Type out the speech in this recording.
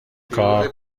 کار